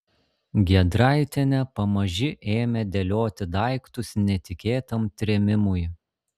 giedraitienė pamaži ėmė dėlioti daiktus netikėtam trėmimui